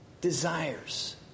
desires